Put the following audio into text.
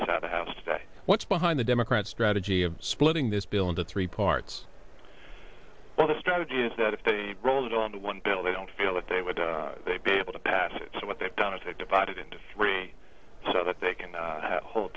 this out the house today what's behind the democrats strategy of splitting this bill into three parts well the strategy is that if they roll it on the one bill they don't feel like they would they be able to pass it so what they've done is they've divided into three so that they can